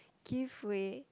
give way